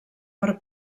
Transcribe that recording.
per